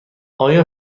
آیا